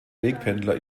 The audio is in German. wegpendler